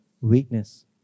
weakness